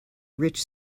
rich